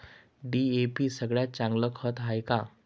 DAP सगळ्यात चांगलं खत हाये का?